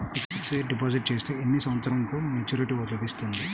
Fixed deposit చేస్తే ఎన్ని సంవత్సరంకు మెచూరిటీ లభిస్తుంది?